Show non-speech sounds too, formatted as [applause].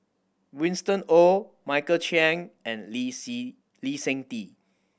Winston Oh Michael Chiang and Lee [unintelligible] Lee Seng Tee